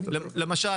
למשל,